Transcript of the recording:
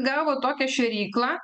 gavo tokią šėryklą